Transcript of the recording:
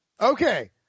Okay